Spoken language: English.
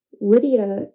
Lydia